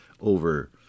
over